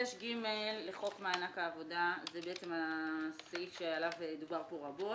6ג לחוק מענק העבודה זה בעצם הסעיף שעליו דובר פה רבות.